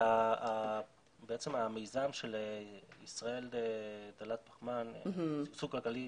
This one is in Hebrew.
בעצם המיזם של ישראל דלת פחמן ושגשוג כלכלי